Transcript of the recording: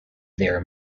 their